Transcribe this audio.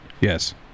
Yes